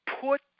Put